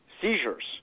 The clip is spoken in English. seizures